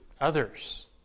others